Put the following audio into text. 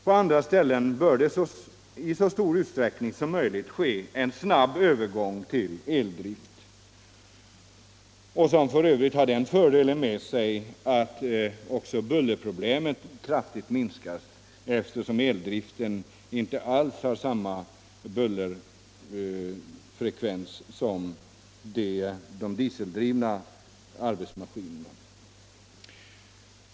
På andra ställen bör det i så stor utsträckning som möjligt ske en snabb övergång till eldrift, som f. ö. har den fördelen att också bullerproblemen kraftigt minskar, eftersom eldriften inte alls har samma bullerfrekvens som dieseldriften.